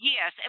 Yes